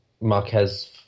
Marquez